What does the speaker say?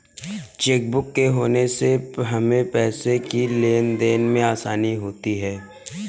chequebook के होने से हमें पैसों की लेनदेन में आसानी होती हैँ